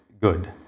good